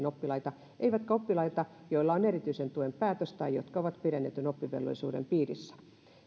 oppilaita eivätkä oppilaita joilla on erityisen tuen päätös tai jotka ovat pidennetyn oppivelvollisuuden piirissä